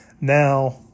now